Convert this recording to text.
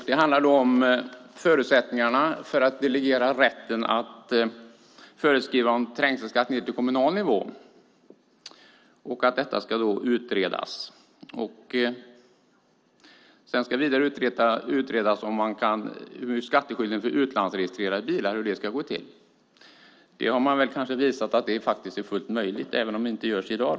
Det handlar om förutsättningarna för att delegera rätten att föreskriva om trängselskatt ned till kommunal nivå och att detta ska utredas. Sedan ska vidare utredas hur skattskyldigheten för utlandsregistrerade bilar ska gå till. Man har visat att det är fullt möjligt att ha det, även om det inte görs i dag.